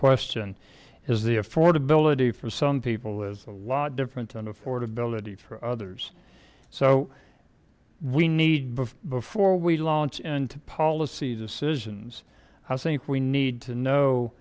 question is the affordability for some people is a lot different than affordability for others so we need before we launch into policy decisions i think we need to know